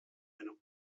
eine